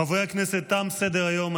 חברי הכנסת, תם סדר-היום.